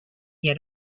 yet